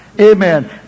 Amen